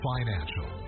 Financial